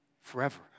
forever